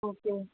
okay